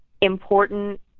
important